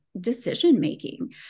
decision-making